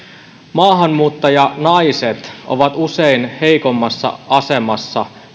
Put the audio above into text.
maahanmuuttajanaiset ovat usein heikoimmassa asemassa